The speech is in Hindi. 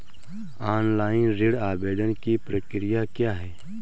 ऑनलाइन ऋण आवेदन की प्रक्रिया क्या है?